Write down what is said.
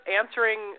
answering